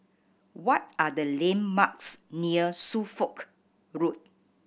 what are the landmarks near Suffolk Road